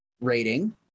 rating